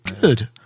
Good